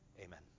Amen